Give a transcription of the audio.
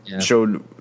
Showed